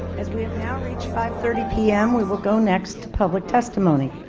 as we have now reached five thirty pm we will go next to public testimony.